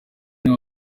bene